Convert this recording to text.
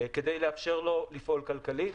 כדי לאפשר לו לפעול כלכלית.